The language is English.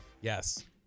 Yes